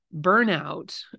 burnout